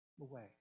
away